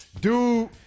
dude